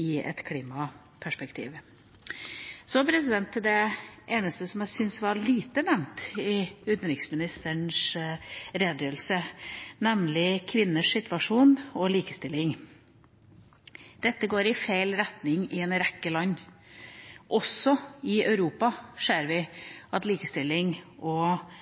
i et klimaperspektiv. Så til det eneste som jeg syns var lite nevnt i utenriksministerens redegjørelse, nemlig kvinners situasjon og likestilling. Dette går i feil retning i en rekke land. Også i Europa ser vi at likestilling og